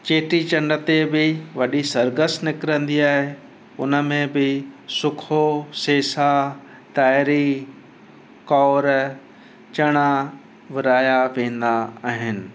चेटीचंड ते बि वॾी सरगस निकिरंदी आहे उन में बि सुको सेसा तांहिरी कौर चणा विरिहाया वेंदा आहिनि